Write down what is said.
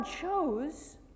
chose